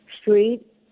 Street